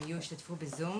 הם ישתתפו בזום,